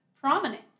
prominent